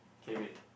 K wait